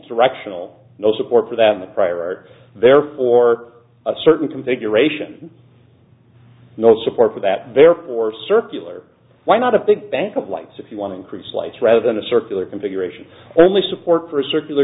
wreck tional no support for that prior art there or a certain configuration no support for that therefore circular why not a big bank of lights if you want to increase lights rather than a circular configuration only support for a circular